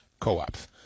co-ops